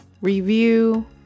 review